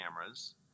cameras